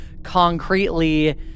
concretely